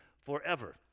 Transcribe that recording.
forever